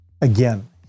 again